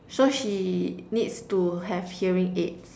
so she needs to have hearing aids